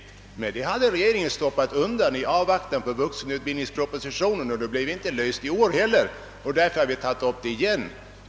Men den delen stoppade regeringen undan i avvaktan på vuxenutbildningspropositionen, och frågan blev inte löst i år heller. Därför har vi tagit upp den igen.